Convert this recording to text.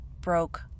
broke